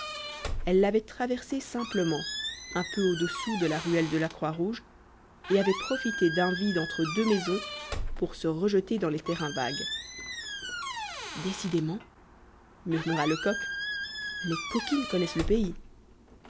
elles l'avaient traversée simplement un peu au-dessous de la ruelle de la croix-rouge et avaient profité d'un vide entre deux maisons pour se rejeter dans les terrains vagues décidément murmura lecoq les coquines connaissent le pays